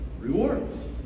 Rewards